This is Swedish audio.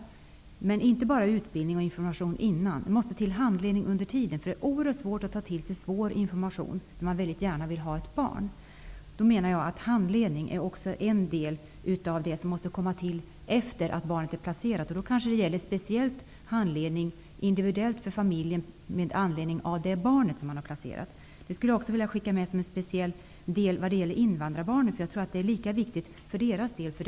Det behövs inte bara utbildning och information i förväg. Det måste också till handledning under tiden. Det är oerhört svårt att ta till sig svår information när man mycket gärna vill ha ett barn. Jag menar att handledning är en del av det som måste till efter det att barnet är placerat. Det gäller speciellt individuell handledning med anledning av det barn som har placerats. Jag tror att detta är lika viktigt för invandrarbarnen. Det är också något som jag vill skicka med.